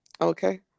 Okay